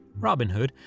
Robinhood